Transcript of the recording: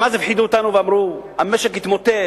גם אז הפחידו אותנו ואמרו: המשק יתמוטט,